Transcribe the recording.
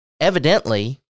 evidently